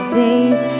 days